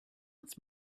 uns